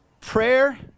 prayer